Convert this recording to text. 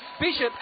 Bishop